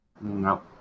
No